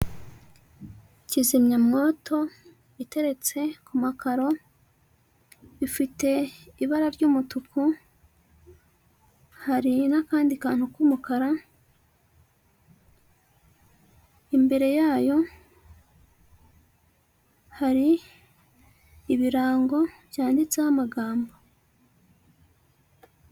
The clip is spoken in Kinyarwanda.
Kizimyamwoto iteretse ku makaro, ifite ibara ry'umutuku, hari n'akandi kantu k'umukara, imbere yayo hari ibirango byanyanditseho amagambo.